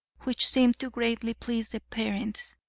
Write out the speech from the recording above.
which seemed to greatly please the parents.